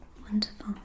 wonderful